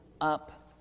up